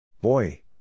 Boy